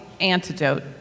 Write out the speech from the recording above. antidote